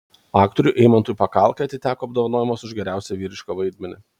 aktoriui eimantui pakalkai atiteko apdovanojimas už geriausią vyrišką vaidmenį